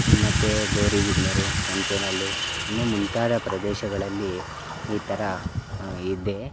ಮತ್ತು ಗೌರಿಬಿದನೂರು ಮಂಚೇನಳ್ಳಿ ಇನ್ನು ಮುಂತಾದ ಪ್ರದೇಶಗಳಲ್ಲಿ ಈ ಥರ ಇದೆ